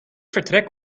vertrek